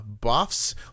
buffs